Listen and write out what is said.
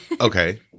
okay